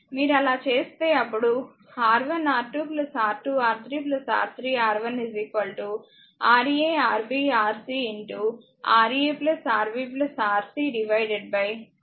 మీరు అలా చేస్తే అప్పుడు R1R2 R2R3 R3R1 Ra Rb RcRa Rb Rc Ra Rb Rc2 వస్తుంది